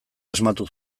asmatu